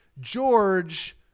George